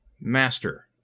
Master